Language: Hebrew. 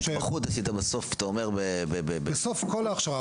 את ההתמחות עשית בסוף -- בסוף כל ההכשרה,